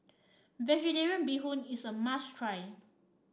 vegetarian Bee Hoon is a must try